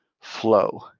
flow